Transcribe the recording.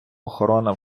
охорона